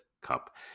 Cup